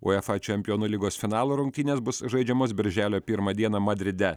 uefa čempionų lygos finalo rungtynės bus žaidžiamos birželio pirmą dieną madride